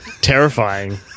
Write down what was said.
terrifying